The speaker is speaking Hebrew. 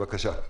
בבקשה,